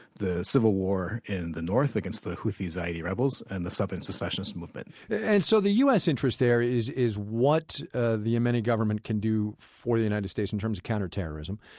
the civil war in the north against the houthi-zaidi rebels and the southern secessions movement yeah and so the u s. interest there is is what ah the yemeni government can do for the united states in terms of counter-terrorism.